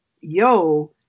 yo